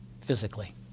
physically